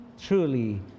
truly